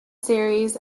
series